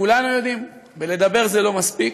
וכולנו יודעים, לדבר זה לא מספיק.